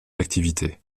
activités